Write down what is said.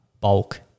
bulk